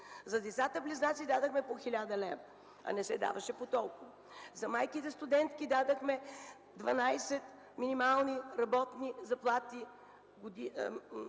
За децата близнаци дадохме по 1000 лв., а не се даваше по толкова. За майките студентки дадохме 12 минимални работни заплати,